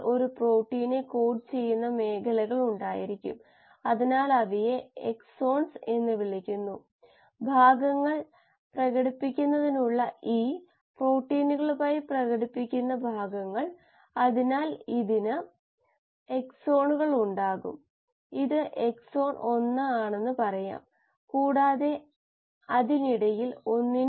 ഒരു കീമോസ്റ്റാറ്റ് അന്തർലീനമായി മൂന്നോ നാലോ ഇരട്ടി ഉൽപാദനക്ഷമതയുള്ളതാണെന്ന് പറഞ്ഞു പ്രവർത്തിപ്പിക്കുന്നത് വളരെയധികം ബുദ്ധിമുട്ടാണെങ്കിലും